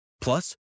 Plus